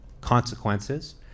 consequences